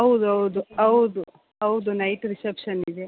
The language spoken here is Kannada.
ಹೌದೌದು ಹೌದು ಹೌದು ನೈಟ್ ರಿಸೆಪ್ಷನ್ನಿಗೆ